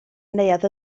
neuadd